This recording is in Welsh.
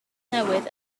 newydd